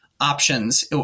options